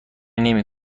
نمی